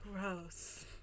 Gross